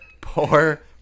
Poor